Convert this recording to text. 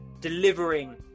delivering